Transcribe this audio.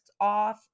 off